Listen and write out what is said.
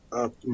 up